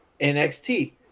nxt